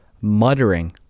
muttering